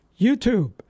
YouTube